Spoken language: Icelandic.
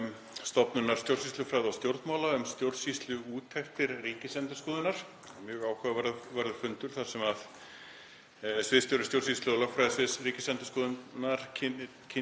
Stofnunar stjórnsýslufræða og stjórnmála um stjórnsýsluúttektir Ríkisendurskoðunar, mjög áhugaverður fundur þar sem sviðsstjóri stjórnsýslu- og lögfræðisviðs Ríkisendurskoðunar kynnti